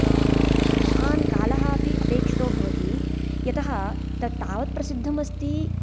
महान् कालः अपि अपेक्षितो भवति यतः तत् तावत्प्रसिद्धमस्ति